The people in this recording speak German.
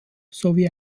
sowie